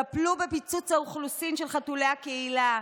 טפלו בפיצוץ האוכלוסין של חתולי הקהילה,